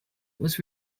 was